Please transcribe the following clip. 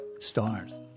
Stars